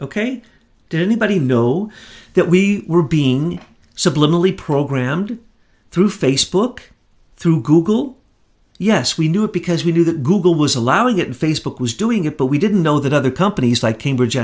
ok did anybody know that we were being subliminally programmed through facebook through google yes we knew it because we knew that google was allowing it and facebook was doing it but we didn't know that other companies like cambridge